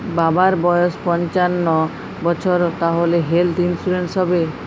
বাবার বয়স পঞ্চান্ন বছর তাহলে হেল্থ ইন্সুরেন্স হবে?